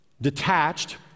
detached